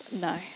No